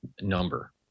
number